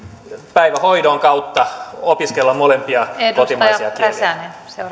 päivähoidon kautta opiskella molempia kotimaisia kieliä arvoisa rouva puhemies